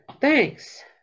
Thanks